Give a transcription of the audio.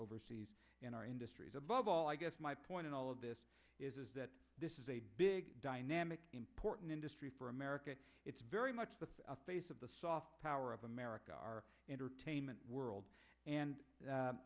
overseas in our industries above all i guess my point in all of this is that this is a big dynamic important industry for america it's very much the face of the soft power of america our intertainment world and